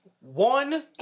one